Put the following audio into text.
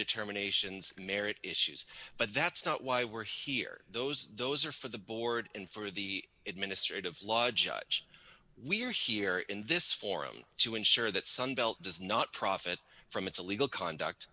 determinations marriage issues but that's not why we're here those those are for the board and for the administrative law judge we are here in this forum to ensure that sunbelt does not profit from its illegal conduct